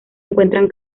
encuentran